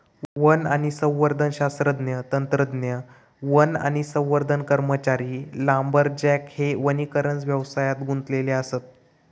one आणि संवर्धन शास्त्रज्ञ, तंत्रज्ञ, वन आणि संवर्धन कर्मचारी, लांबरजॅक हे वनीकरण व्यवसायात गुंतलेले असत